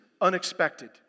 unexpected